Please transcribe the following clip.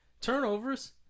turnovers